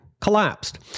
collapsed